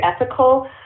ethical